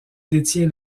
détient